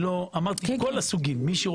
כל הסוגים.